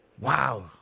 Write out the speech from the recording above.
Wow